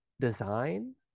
design